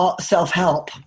self-help